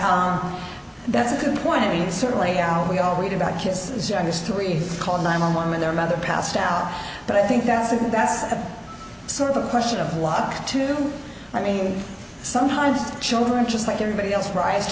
how that's a good point i mean certainly our we all read about kids as young as three you called nine one one when their mother passed out but i think that's a good that's a sort of a question of luck too i mean sometimes children just like everybody else ri